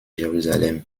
jérusalem